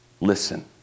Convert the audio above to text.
listen